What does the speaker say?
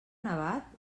nevat